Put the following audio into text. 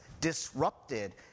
disrupted